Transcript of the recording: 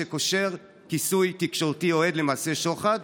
שקושר כיסוי תקשורתי אוהד למעשה שוחד,